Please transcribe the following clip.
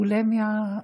בולימיה,